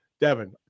Devin